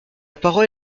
parole